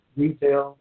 retail